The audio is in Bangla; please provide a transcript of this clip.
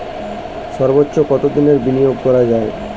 সর্বোচ্চ কতোদিনের বিনিয়োগ করা যায়?